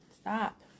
Stop